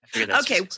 Okay